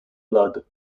blood